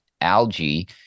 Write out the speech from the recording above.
algae